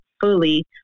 fully –